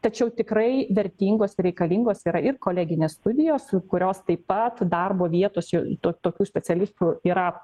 tačiau tikrai vertingos ir reikalingos yra ir koleginės studijos kurios taip pat darbo vietose to tokių specialistų yra